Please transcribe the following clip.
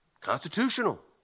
Constitutional